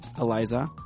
Eliza